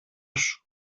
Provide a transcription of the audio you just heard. σου